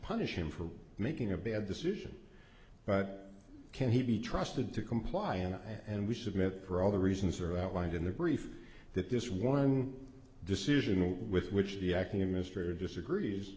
punish him for making a bad decision but can he be trusted to comply and and we submit for all the reasons are outlined in the brief that this one decision with which the acting administrator disagrees